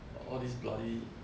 all these bloody